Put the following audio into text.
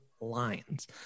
lines